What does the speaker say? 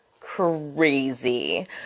crazy